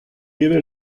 evel